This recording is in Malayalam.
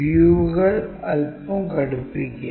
വ്യൂകൾ അല്പം കടുപ്പിക്കുക